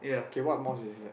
K what mosque is it